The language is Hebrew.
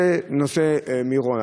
זה נושא מירון.